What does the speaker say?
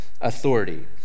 authority